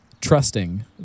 trusting